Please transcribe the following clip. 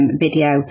video